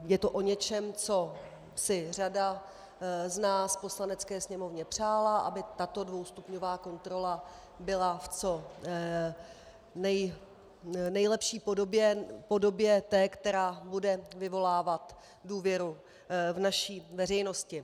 Je to o něčem, co si řada z nás v Poslanecké sněmovně přála, aby tato dvoustupňová kontrola byla v co nejlepší podobě, podobě té, která bude vyvolávat důvěru v naší veřejnosti.